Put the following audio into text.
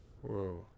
Whoa